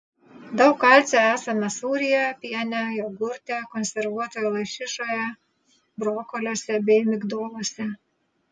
daug kalcio esama sūryje piene jogurte konservuotoje lašišoje brokoliuose bei migdoluose